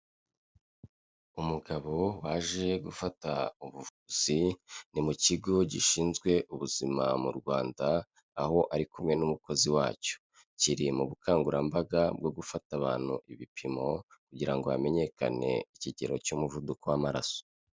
Umugabo waje gufata ubuvuzi, ni mu kigo gishinzwe ubuzima mu Rwanda, aho ari kumwe n'umukozi wacyo, kiri mu bukangurambaga bwo gufata abantu ibipimo kugira ngo hamenyekane ikigero cy'umuvuduko w'amaraso.